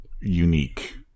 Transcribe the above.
unique